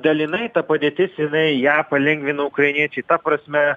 dalinai ta padėtis jinai ją palengvino ukrainiečiai ta prasme